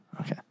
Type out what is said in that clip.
Okay